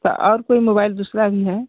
तो और कोई मोबाईल लें दूसरा भी है